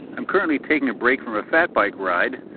i'm currently taking a break from a fat-bike ride,